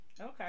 Okay